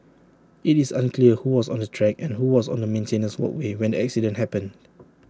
IT is unclear who was on the track and who was on the maintenance walkway when the accident happened